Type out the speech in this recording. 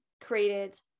created